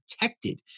protected